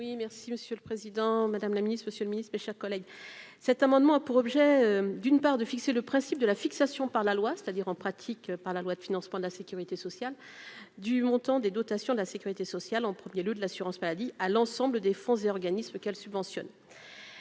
merci Monsieur le Président, Madame la Ministre, Monsieur le Ministre, mes chers collègues, cet amendement a pour objet d'une part, de fixer le principe de la fixation par la loi, c'est-à-dire en pratique par la loi de financement de la Sécurité sociale, du montant des dotations de la sécurité sociale en 1er lieu de l'assurance maladie à l'ensemble des fonds et organismes qu'elle subventionne